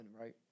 right